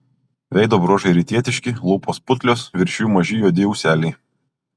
veido bruožai rytietiški lūpos putlios virš jų maži juodi ūseliai